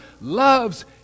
loves